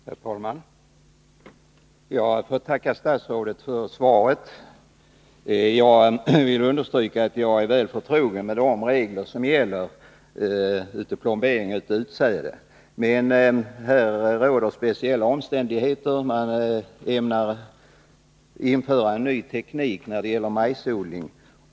Herr talman! Jag får tacka statsrådet för svaret. Jag vill understryka att jag är väl förtrogen med de regler som gäller för plombering av utsäde. Men här råder speciella omständigheter; man ämnar införa en ny teknik när det gäller majsodling.